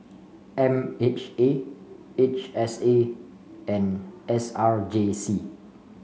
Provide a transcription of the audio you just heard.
M H A H S A and S R J C